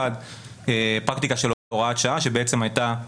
אחד פרקטיקה של הוראת שעה שבעצם הייתה,